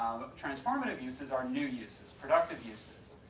transformative uses are new uses, productive uses.